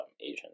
Asian